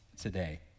today